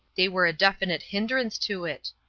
they were a definite hindrance to it.